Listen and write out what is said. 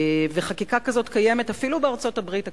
חקיקה כזאת קיימת אפילו בארצות-הברית הקפיטליסטית,